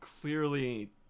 clearly